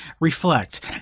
Reflect